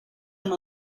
amb